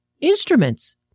instruments